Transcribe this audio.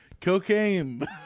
Cocaine